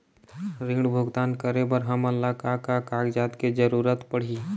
ऋण भुगतान करे बर हमन ला का का कागजात के जरूरत पड़ही?